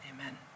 Amen